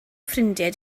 ffrindiau